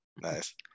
nice